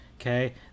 okay